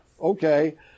Okay